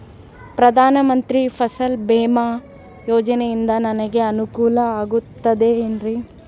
ಪ್ರಧಾನ ಮಂತ್ರಿ ಫಸಲ್ ಭೇಮಾ ಯೋಜನೆಯಿಂದ ನನಗೆ ಅನುಕೂಲ ಆಗುತ್ತದೆ ಎನ್ರಿ?